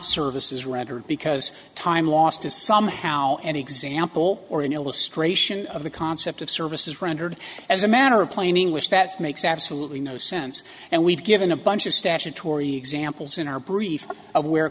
services rendered because time lost is somehow an example or an illustration of the concept of services rendered as a matter of plain english that makes absolutely no sense and we've given a bunch of statutory examples in our brief